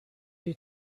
you